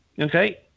Okay